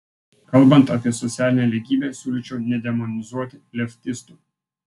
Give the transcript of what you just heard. kalbant apie socialinę lygybę siūlyčiau nedemonizuoti leftistų